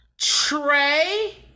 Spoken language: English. Trey